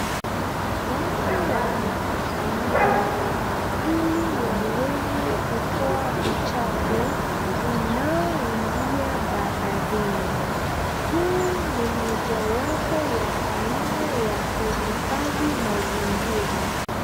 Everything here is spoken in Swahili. Watu wamekusanyika ili waweze kutoa uchafu unaoingia baharini. Hii ni mojawapo ya aina ya kuhifadhi mazingira.